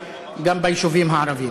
גם ביישובים הערביים.